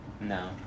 No